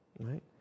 Right